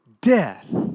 death